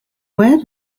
where